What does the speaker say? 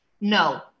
no